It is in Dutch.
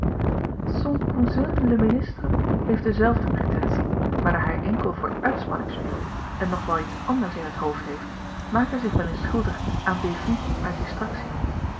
cousin le ministre heeft dezelfde pretensie maar daar hij enkel voor uitspanning speelt en nog wel iets anders in het hoofd heeft maakt hij zich wel eens schuldig aan bévues uit distractie